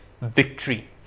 victory